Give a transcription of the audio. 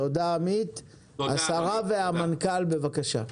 השרה והמנכ"ל, בבקשה.